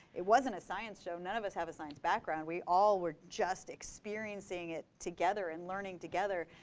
it wasn't a science show. none of us have a science background. we all were just experiencing it together and learning together.